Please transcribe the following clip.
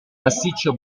massiccio